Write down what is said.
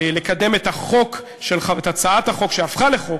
לקדם את הצעת החוק שהפכה לחוק,